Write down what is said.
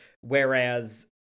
Whereas